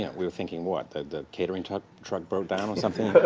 yeah we were thinking, what? the catering truck truck broke down or something?